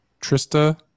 Trista